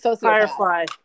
Firefly